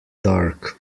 dark